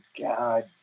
god